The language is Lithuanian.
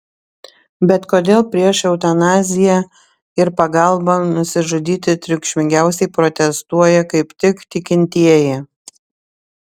bet kodėl prieš eutanaziją ir pagalbą nusižudyti triukšmingiausiai protestuoja kaip tik tikintieji